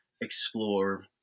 explore